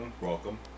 Welcome